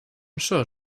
sure